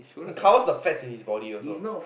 it covers the fats in his body also